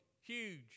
huge